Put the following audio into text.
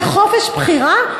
זה חופש בחירה?